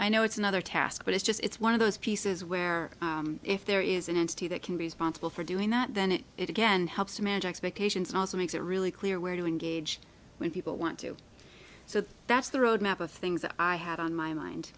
i know it's another task but it's just it's one of those pieces where if there is an entity that can be responsible for doing that then it it again helps to manage expectations and also makes it really clear where to engage when people want to so that's the roadmap of things that i had on my mind